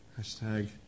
Hashtag